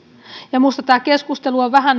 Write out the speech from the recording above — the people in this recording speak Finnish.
ja minusta tämä keskustelu on vähän